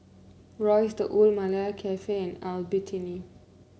Royce The Old Malaya Cafe and Albertini